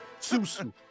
Susu